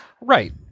Right